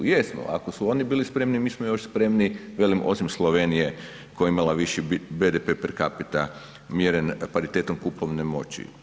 Jesmo, ako su oni bili spremni, mi smo još spremniji, velim osim Slovenije koja je imala viši BDP per capita mjeren paritetom kupovne moći.